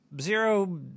Zero